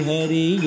Hari